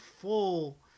full